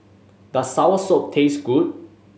does soursop taste good